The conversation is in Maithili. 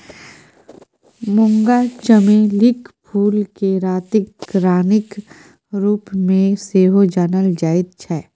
मूंगा चमेलीक फूलकेँ रातिक रानीक रूपमे सेहो जानल जाइत छै